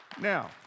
Now